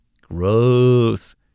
Gross